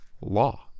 law